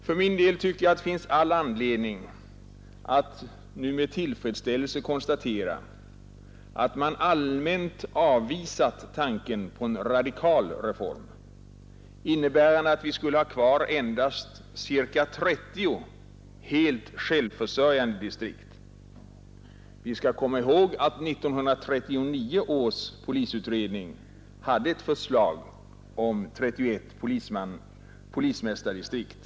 Jag tycker för min del att det finns all anledning att med tillfredsställelse konstatera att man nu allmänt har avvisat tanken på en radikal reform, innebärande att vi skulle ha kvar endast ca 30 helt självförsörjande distrikt. Vi skall komma ihåg att 1939 års polisutredning hade ett förslag om 31 polismästardistrikt.